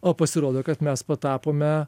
o pasirodo kad mes patapome